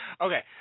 okay